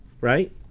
right